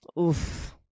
Oof